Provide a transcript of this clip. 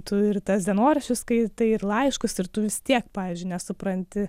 tu ir tas dienoraščius skaitai ir laiškus ir tu vis tiek pavyzdžiui nesupranti